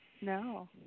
No